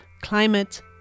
Climate